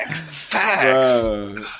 Facts